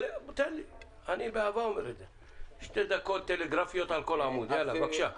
שתי דקות טלגרפיות על כל עמוד, בבקשה.